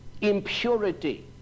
Impurity